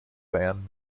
bayern